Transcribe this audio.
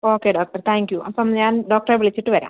okay doctor thank you അപ്പം ഞാൻ ഡോക്ടറെ വിളിച്ചിട്ട് വരാം